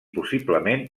possiblement